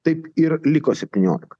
taip ir liko septyniolika